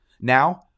Now